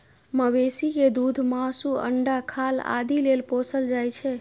मवेशी कें दूध, मासु, अंडा, खाल आदि लेल पोसल जाइ छै